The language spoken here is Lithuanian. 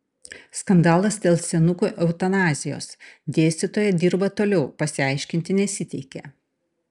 skandalas dėl senukų eutanazijos dėstytoja dirba toliau pasiaiškinti nesiteikia